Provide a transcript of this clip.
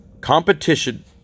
Competition